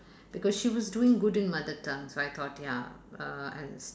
because she was doing good in mother tongue so I thought ya uh and